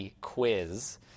quiz